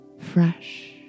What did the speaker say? fresh